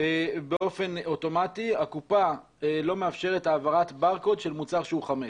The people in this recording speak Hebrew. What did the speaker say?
באופן אוטומטי הקופה לא מאפשרת ברקוד של מוצר שהוא חמץ.